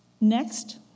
Next